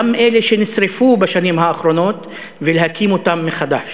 גם אלה שנשרפו בשנים האחרונות, ולהקים אותם מחדש.